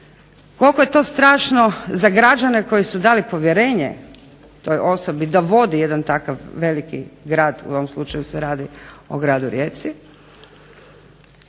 koliko je to strašno za građane koji su dali povjerenje toj osobi da vodi jedan takav veliki grad, u ovom slučaju se radi o gradu Rijeci,